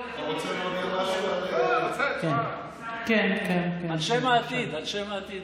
אתה רוצה להודיע משהו, על שם העתיד, על שם העתיד.